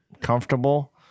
comfortable